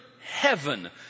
heaven